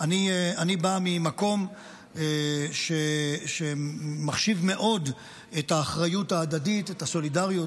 אני בא ממקום שמחשיב מאוד את האחריות ההדדית ואת הסולידריות,